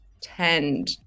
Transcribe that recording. tend